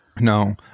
No